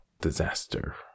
disaster